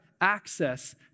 access